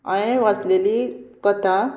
हांवें वाचलेली कथा